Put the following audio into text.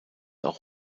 auch